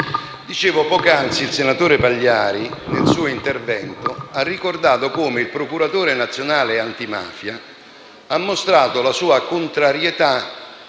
poc'anzi il senatore Pagliari, nel suo intervento, ha evidenziato che il procuratore nazionale antimafia ha mostrato la sua contrarietà